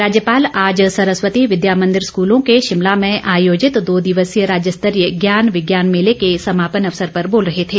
राज्यपाल आज सरस्वती विद्या मंदिर स्कूलों के शिमला में आयोजित दो दिवसीय राज्य स्तरीय ज्ञान विज्ञान मेले के समापन अवसर पर बोल रहे थे